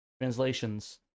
translations